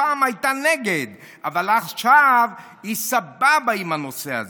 שפעם הייתה נגד אבל עכשיו היא סבבה עם פונדקאות,